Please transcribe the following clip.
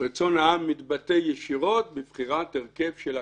רצון העם מתבטא ישירות בבחירת הרכבה של הכנסת.